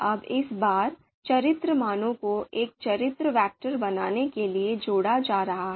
अब इस बार चरित्र मानों को एक चरित्र वेक्टर बनाने के लिए जोड़ा जा रहा है